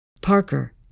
Parker